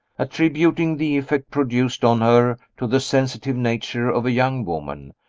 attributing the effect produced on her to the sensitive nature of a young woman,